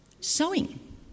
Sewing